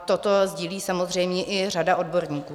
Toto sdílí samozřejmě i řada odborníků.